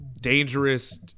dangerous